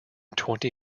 twenty